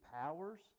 powers